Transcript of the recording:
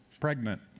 pregnant